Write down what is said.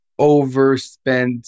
overspend